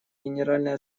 генеральной